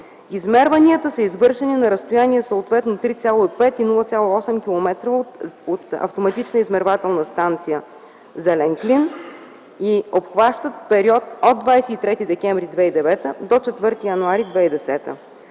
Измерванията са извършени на разстояние, съответно 3,5 и 0,8 км от автоматичната измервателна станция „Зелен клин” и обхващат период от 23 декември 2009 до 4 януари 2010